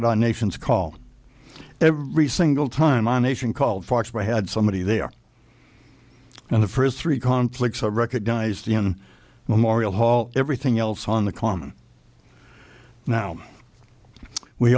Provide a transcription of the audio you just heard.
our nation's call every single time a nation called fox by had somebody there and the first three conflicts are recognized in memorial hall everything else on the common now we